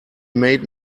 made